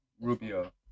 Rubio